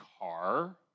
car